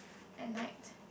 at night